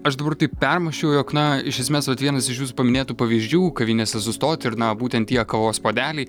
aš dabar taip permąsčiau jog na iš esmės vat vienas iš jūsų paminėtų pavyzdžių kavinėse sustot ir na būtent tie kavos puodelį